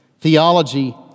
Theology